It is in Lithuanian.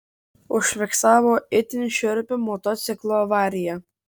užfiksavo itin šiurpią motociklo avariją